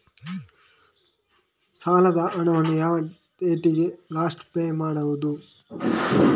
ಸಾಲದ ಹಣವನ್ನು ಯಾವ ಡೇಟಿಗೆ ಲಾಸ್ಟ್ ಪೇ ಮಾಡುವುದು?